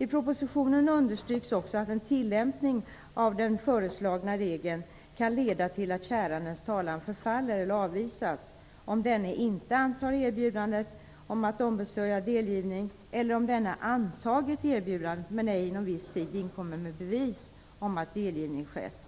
I propositionen understryks också att en tillämpning av den föreslagna regeln kan leda till att kärandens talan förfaller eller avvisas om denne inte antar erbjudandet om att ombesörja delgivning eller om denne antagit erbjudandet men ej inom viss tid inkommer med bevis om att delgivning skett.